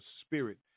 spirit